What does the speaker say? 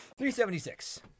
376